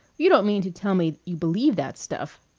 you don't mean to tell me you believe that stuff.